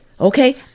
Okay